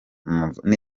mvano